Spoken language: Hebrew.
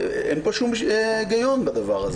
אין פה שום היגיון בזה.